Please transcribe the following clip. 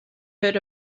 heard